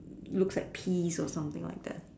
looks like peas or something like that